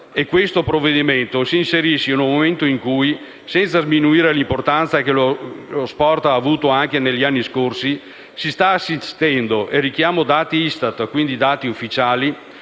questo provvedimento si inserisce in un momento in cui, senza sminuire l'importanza che lo sport ha avuto anche negli anni scorsi, si sta assistendo (richiamo dati Istat, quindi dati ufficiali),